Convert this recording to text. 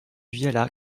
viala